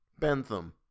Bentham